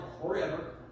forever